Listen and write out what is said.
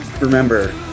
remember